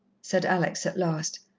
said alex at last.